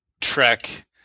Trek